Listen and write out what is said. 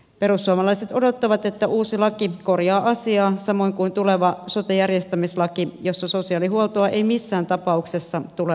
perussuomalaiset odottavat että uusi laki korjaa asiaa samoin kuin tuleva sote järjestämislaki jossa sosiaalihuoltoa ei missään tapauksessa tule unohtaa